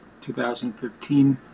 2015